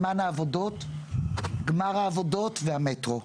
זמן העבודות, גמר העבודות והמטרו.